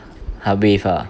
她 wave ah